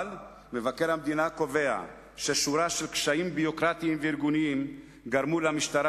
אבל מבקר המדינה קובע ששורה של קשיים ביורוקרטיים וארגוניים גרמו למשטרה